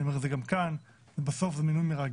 אני אומר את זה גם כאן הוא מינוי מרגש,